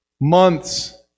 Months